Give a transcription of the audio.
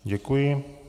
Děkuji.